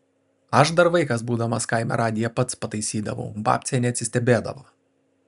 aš dar vaikas būdamas kaime radiją pats pataisydavau babcė neatsistebėdavo